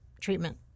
treatment